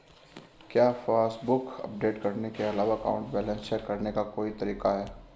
क्या passbook update करने के अलावा अकाउंट बैलेंस चेक करने का कोई और तरीका है?